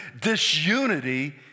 disunity